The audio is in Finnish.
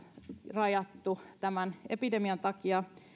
rajattu tämän epidemian takia